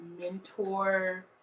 mentor